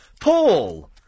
Paul